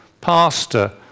pastor